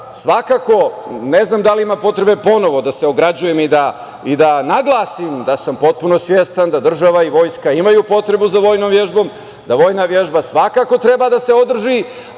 Svakako ne znam da li ima potrebe ponovo da se ograđujem i da naglasim da sam potpuno svestan da država i vojska imaju potrebu za vojnom vežbom, da vojna vežba svakako treba da se održi,